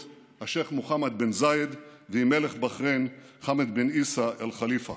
השייח' מוחמד בן זאיד ועם מלך בחריין חמד בן עיסא אאל ח'ליפה